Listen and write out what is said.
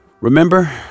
Remember